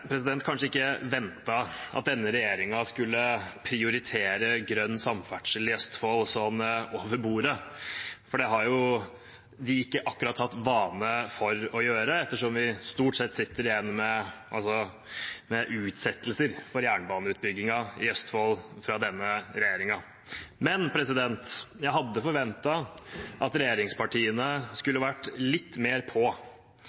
kanskje ikke ventet at denne regjeringen skulle prioritere grønn samferdsel i Østfold sånn over bordet – det har de jo ikke akkurat hatt for vane å gjøre – ettersom vi med denne regjeringen stort sett sitter igjen med utsettelser av jernbaneutbyggingen i Østfold. Men jeg hadde forventet at regjeringspartiene skulle vært litt mer «på» og f.eks. sagt at det å åpne for trafikk på